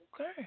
okay